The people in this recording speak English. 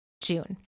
June